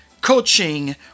coaching